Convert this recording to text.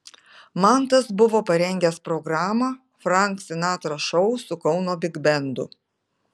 mantas buvo parengęs programą frank sinatra šou su kauno bigbendu